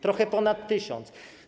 Trochę ponad 1000.